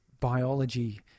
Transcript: biology